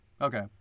Okay